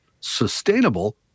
sustainable